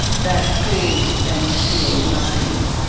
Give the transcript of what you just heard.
that fool and fuel nothing.